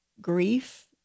Grief